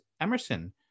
Emerson